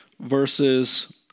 verses